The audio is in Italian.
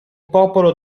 popolo